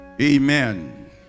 amen